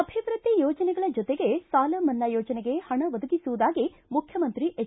ಅಭಿವೃದ್ದಿ ಯೋಜನೆಗಳ ಜೊತೆಗೆ ಸಾಲ ಮನ್ನಾ ಯೋಜನೆಗೆ ಹಣ ಒದಗಿಸುವುದಾಗಿ ಮುಖ್ಯಮಂತ್ರಿ ಎಚ್